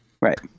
Right